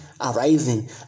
arising